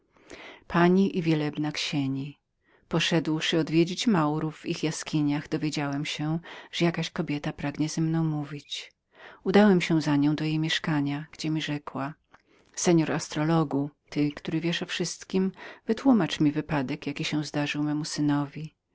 od uzedy następującej treści poszedłszy odwiedzić maurów w ich jaskiniach powiedziano mi że jakaś kobieta pragnie ze mną pomówić udałem się za nią do jej mieszkania gdzie mi rzekła seor astrologu ty który wiesz o wszystkiem wytłumacz mi wypadek jaki się zdarzył